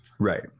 Right